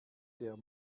der